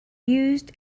used